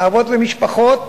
אבות למשפחות.